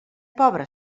pobre